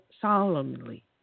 solemnly